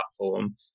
platform